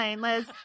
Liz